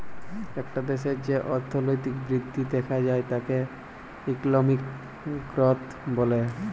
একটা দ্যাশের যে অর্থলৈতিক বৃদ্ধি দ্যাখা যায় তাকে ইকলমিক গ্রথ ব্যলে